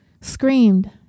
screamed